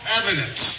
evidence